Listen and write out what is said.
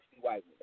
white